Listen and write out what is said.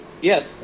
Yes